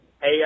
Hey